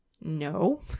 no